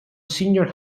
senior